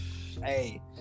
Hey